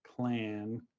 clan